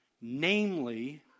namely